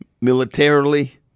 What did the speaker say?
militarily